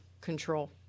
control